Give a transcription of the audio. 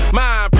mind